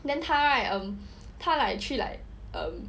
then 他 right 他去 like um